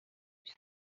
دوست